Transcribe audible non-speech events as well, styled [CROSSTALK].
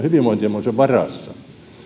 [UNINTELLIGIBLE] hyvinvointimme on sen varassa